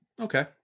Okay